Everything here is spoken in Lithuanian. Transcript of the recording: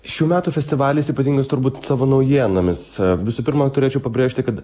šių metų festivalis ypatingas turbūt savo naujienomis visų pirma turėčiau pabrėžti kad